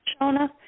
Shona